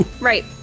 Right